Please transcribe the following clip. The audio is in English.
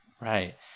Right